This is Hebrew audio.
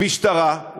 המשטרה.